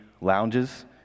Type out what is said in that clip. lounges